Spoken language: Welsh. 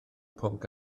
pwnc